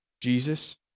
Jesus